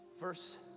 verse